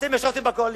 אתם ישבתם בקואליציה.